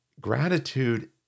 gratitude